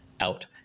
out